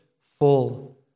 full